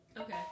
Okay